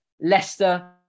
Leicester